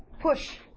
push